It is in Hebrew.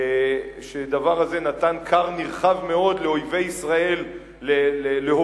והדבר הזה נתן כר נרחב מאוד לאויבי ישראל להוביל